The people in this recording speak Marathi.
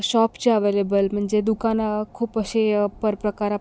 शॉपचे अवैलेबल म्हणजे दुकानं खूप असे पर् प्रकारप